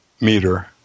meter